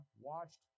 watched